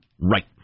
Right